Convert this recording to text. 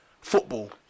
football